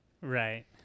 Right